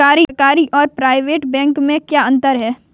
सरकारी और private bank में क्या अंतर है?